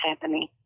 happening